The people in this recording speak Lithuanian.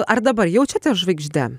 ar dabar jaučiatės žvaigžde